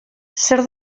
zer